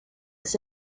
its